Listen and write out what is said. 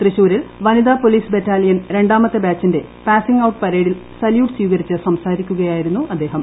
തൃശ്ശൂരിൽ വനിതാ police battalion രണ്ടാമത്തെ ബാച്ചിന്റെ പാസിംഗ്ഔട്ട് പരേഡിൽ സല്യൂട്ട് സ്വീകരിച്ചു സംസാരിക്കുകയായിരുന്നു അദ്ദേഹം